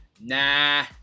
nah